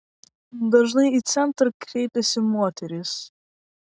dažnai į centrą kreipiasi moterys